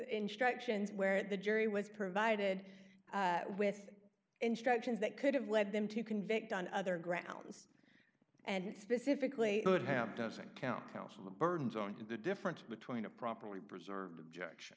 instructions where the jury was provided with instructions that could have led them to convict on other grounds and he specifically would have doesn't count counsel the burdens on to the difference between a properly preserved objection